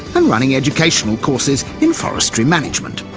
and running educational courses in forestry management.